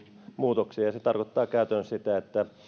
muutoksia se tarkoittaa käytännössä sitä että